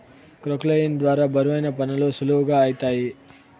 క్రొక్లేయిన్ ద్వారా బరువైన పనులు సులువుగా ఐతాయి